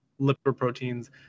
lipoproteins